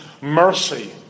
mercy